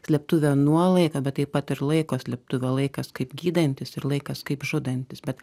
slėptuvė nuo laiko bet taip pat ir laiko slėptuvių laikas kaip gydantis ir laikas kaip žudantis bet